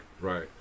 right